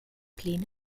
pläne